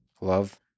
Love